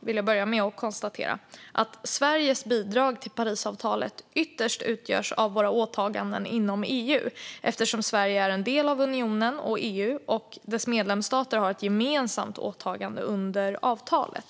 vill jag börja med att konstatera att Sveriges bidrag till Parisavtalet naturligtvis ytterst utgörs av våra åtaganden inom EU, eftersom Sverige är en del av unionen och EU och dess medlemsstater har ett gemensamt åtagande under avtalet.